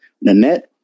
Nanette